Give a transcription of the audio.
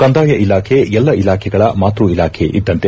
ಕಂದಾಯ ಇಲಾಖೆ ಎಲ್ಲ ಇಲಾಖೆಗಳ ಮಾತೃ ಇಲಾಖೆ ಇದ್ದಂತೆ